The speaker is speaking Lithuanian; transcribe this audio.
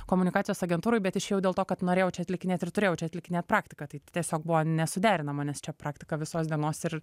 komunikacijos agentūroj bet išėjau dėl to kad norėjau čia atlikinėt ir turėjau čia atlikinėt praktiką tai tiesiog buvo nesuderinama čia praktika visos dienos ir